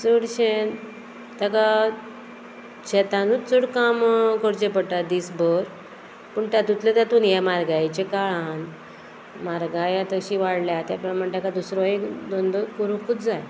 चडशे ताका शेतानूत चड काम करचे पडटा दीस भर पूण तातूंतले तातून हे म्हारगायेच्या काळान म्हारगाय आतां अशी वाडल्या त्या प्रमाणे ताका दुसरो एक धंदो करूंकूच जाय